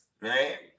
right